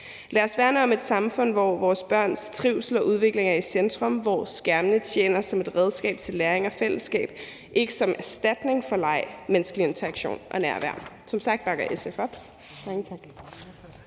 Lad os værne om et samfund, hvor vores børns trivsel og udvikling er i centrum, og hvor skærmene tjener som et redskab til læring og fællesskab – ikke som erstatning for leg, menneskelig interaktion og nærvær. Som sagt bakker SF op